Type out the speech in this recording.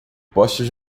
postes